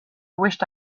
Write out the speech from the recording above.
wished